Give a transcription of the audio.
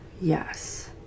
yes